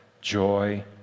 joy